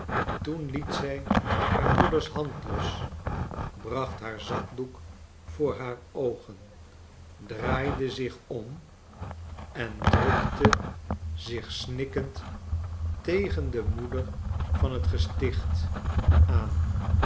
toen liet zij haar moeders hand los bracht haar zakdoek voor haar oogen draaide zich om en drukte schetsen uit amerika zich snikkend tegen de moeder van t gesticht aan